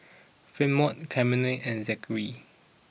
Fremont Camryn and Zachary